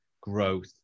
growth